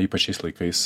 ypač šiais laikais